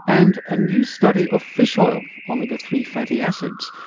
and a new study of fish oil, omega three fatty acids,